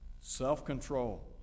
self-control